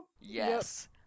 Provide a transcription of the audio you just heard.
Yes